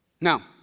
now